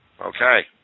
Okay